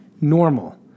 normal